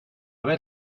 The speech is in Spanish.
ver